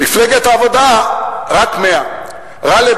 מפלגת העבודה רק 100. גאלב,